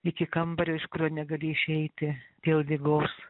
iki kambario iš kurio negali išeiti dėl ligos